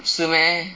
是 meh